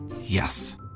Yes